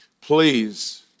please